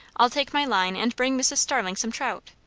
i'll take my line and bring mrs. starling some trout.